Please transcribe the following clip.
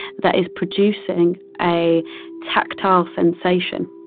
that is producing a tactile sensation.